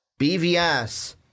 BVS